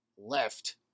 left